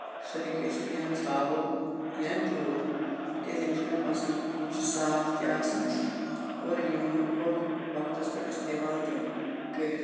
سُہ ہٮ۪کہِ ٲسِتھ یا ژَھاوُل یا تیوٗر تِکیازِ یِم چھِ مےٚ پَسند یِم چھِ صاف تہِ آسان اور یِم ہٮ۪کہٕ ہوٚکھ وقتَس پٮ۪ٹھ اِستعمال تہِ کٔرِتھ